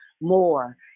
more